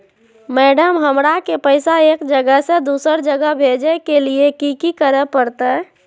Madam, हमरा के पैसा एक जगह से दुसर जगह भेजे के लिए की की करे परते?